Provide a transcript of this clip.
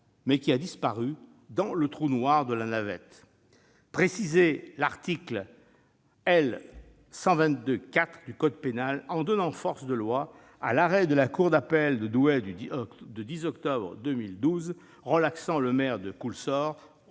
mais qui a disparu dans le trou noir de la navette ; préciser l'article 122-4 du code pénal en donnant force de loi à l'arrêt de la cour d'appel de Douai du 10 octobre 2012 relaxant le maire de Cousolre,